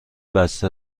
بسته